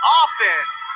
offense